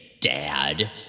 Dad